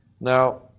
Now